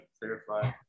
clarify